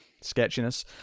sketchiness